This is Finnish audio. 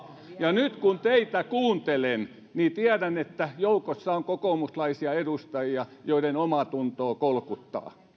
ja nyt kun teitä kuuntelen niin tiedän että joukossa on kokoomuslaisia edustajia joiden omaatuntoa kolkuttaa